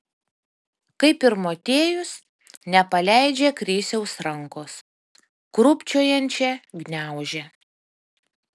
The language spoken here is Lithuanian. kaip ir motiejus nepaleidžia krisiaus rankos krūpčiojančią gniaužia